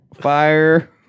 fire